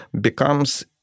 becomes